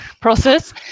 process